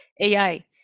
AI